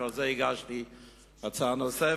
ועל זה הגשתי הצעה נוספת.